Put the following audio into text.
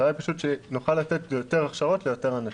המטרה היא פשוט שנוכל לתת יותר הכשרות ליותר אנשים.